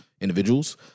individuals